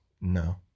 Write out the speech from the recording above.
No